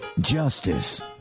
justice